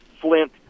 Flint